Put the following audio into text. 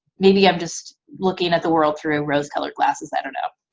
maybe i'm just looking at the world through rose-colored glasses, i don't know.